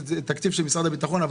תקציב של משרד הביטחון,